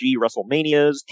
WrestleManias